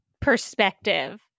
perspective